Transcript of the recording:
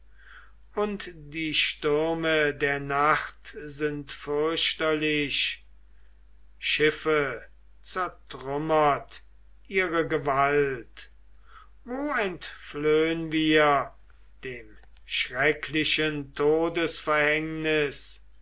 und die stürme der nacht sind fürchterlich schiffe zertrümmert ihre gewalt wo entflöhn wir dem schrecklichen